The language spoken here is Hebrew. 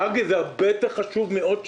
מרגי, זה הרבה יותר חשוב מעוד שקל.